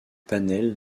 panel